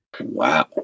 Wow